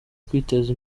kwiteza